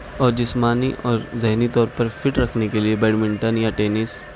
اور جسمانی اور ذہنی طور پر فٹ رکھنے کے لیے بیڈمنٹن یا ٹینس